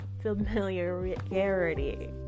familiarity